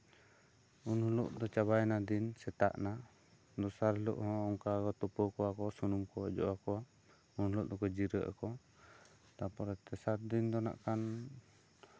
ᱩᱱ ᱦᱤᱞᱳᱜ ᱫᱚ ᱪᱟᱵᱟᱭᱮᱱᱟ ᱫᱤᱱ ᱥᱮᱛᱟᱜ ᱮᱱᱟ ᱫᱚᱥᱟᱨ ᱦᱤᱞᱳᱜ ᱦᱚᱸ ᱚᱱᱠᱟ ᱛᱩᱯᱩ ᱠᱚᱣᱟ ᱠᱚ ᱥᱩᱱᱩᱢ ᱠᱚ ᱚᱡᱚᱜ ᱠᱚᱣᱟ ᱩᱱᱦᱤᱞᱳᱜ ᱫᱚᱠᱚ ᱡᱤᱨᱟᱹᱜ ᱟᱠᱚ ᱛᱟᱨᱯᱚᱨᱮ ᱛᱮᱥᱟᱨ ᱫᱤᱱ ᱫᱚ ᱱᱟᱜ ᱠᱷᱟᱱ